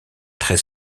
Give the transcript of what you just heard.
très